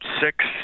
six